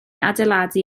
adeiladu